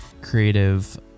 creative